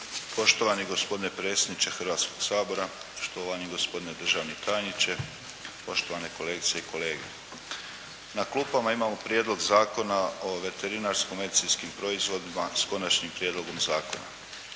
Poštovani gospodine predsjedniče Hrvatskog sabora, štovani gospodine državni tajniče, poštovane kolegice i kolege. Na klupama imamo Prijedlog zakona o veterinarsko-medicinskim proizvodima, s Konačnim prijedlogom zakona.